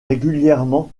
régulièrement